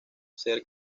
ser